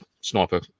sniper